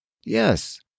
Yes